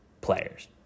players